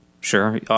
sure